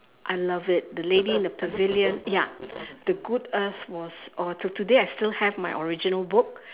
I love it the lady in the pavilion ya the good earth was or till today I still have my original book